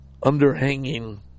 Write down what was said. underhanging